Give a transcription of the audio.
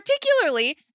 particularly